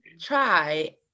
try